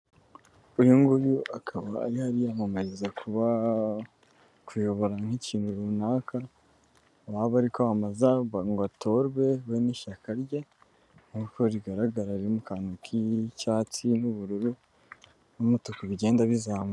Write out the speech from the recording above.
Uyu nguyu akaba yari arimo yamamariza kuyobora nk'ikintu runaka, waba ari kwamamazwa ngo atorwe we n'ishyaka rye nk'uko bigaragara biri mu kantu k'icyatsi n'ubururu n'umutuku bigenda bizamuka.